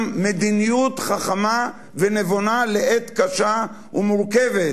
מדיניות חכמה ונבונה לעת קשה ומורכבת,